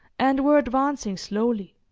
and were advancing slowly.